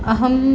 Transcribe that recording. अहम्